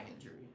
injury